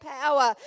power